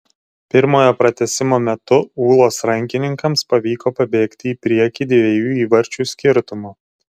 pirmojo pratęsimo metu ūlos rankininkams pavyko pabėgti į priekį dviejų įvarčių skirtumu